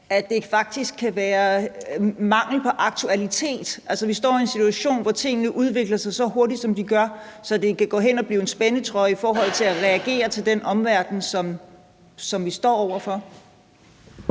at det faktisk kan være manglende aktualitet? Altså, vi står i en situation, hvor tingene udvikler sig meget hurtigt, så det kan gå hen og blive en spændetrøje i forhold til at reagere på den situation, som vi står over for?